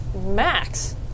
Max